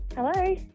hello